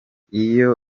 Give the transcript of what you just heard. iyi